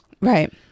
Right